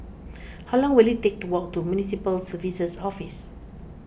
how long will it take to walk to Municipal Services Office